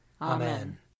Amen